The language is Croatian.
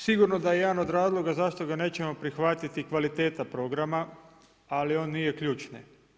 Sigurno da jedan od razloga, zašto ga nećemo prihvatiti kvaliteta programa, ali on nije ključni.